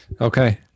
Okay